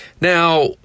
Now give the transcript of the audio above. Now